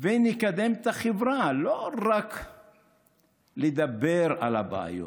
ונקדם את החברה, לא רק לדבר על הבעיות,